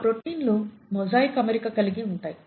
ఆ ప్రోటీన్లు మొజాయిక్ అమరిక కలిగి ఉంటాయి